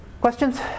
questions